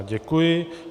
Děkuji.